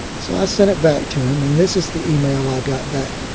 so i sent it back to him. and this is the email i got back.